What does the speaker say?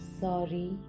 sorry